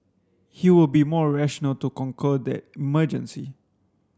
he will be more rational to conquer that emergency